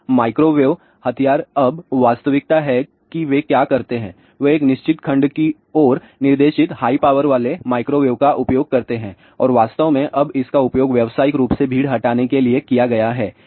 अब माइक्रोवेव हथियार अब वास्तविकता है कि वे क्या करते हैं वे एक निश्चित खंड की ओर निर्देशित हाई पावर वाले माइक्रोवेव का उपयोग करते हैं और वास्तव में अब इसका उपयोग व्यावसायिक रूप से भीड़ हटाने के लिए किया गया है